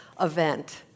event